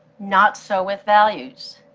not so with values.